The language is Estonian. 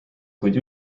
kuid